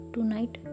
Tonight